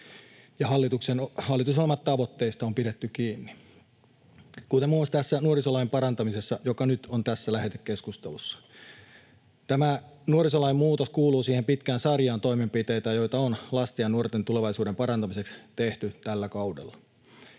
hallitusohjelman tavoitteista on pidetty kiinni, kuten muun muassa tässä nuorisolain parantamisessa, joka nyt on tässä lähetekeskustelussa. Tämä nuorisolain muutos kuuluu siihen pitkään sarjaan toimenpiteitä, joita on lasten ja nuorten tulevaisuuden parantamiseksi tehty tällä kaudella,